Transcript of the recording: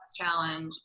challenge